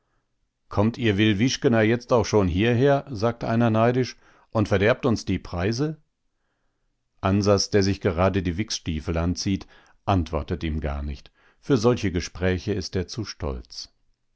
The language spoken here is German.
kommt ihr wilwischker jetzt auch schon hierher sagt einer neidisch und verderbt uns die preise ansas der sich gerade die wichsstiefel anzieht antwortet ihm gar nicht für solche gespräche ist er zu stolz